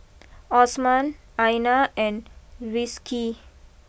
Osman Aina and Rizqi